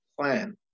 plan